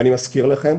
אני מזכיר לכם,